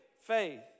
faith